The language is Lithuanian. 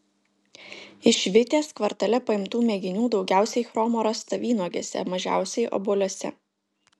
iš vitės kvartale paimtų mėginių daugiausiai chromo rasta vynuogėse mažiausiai obuoliuose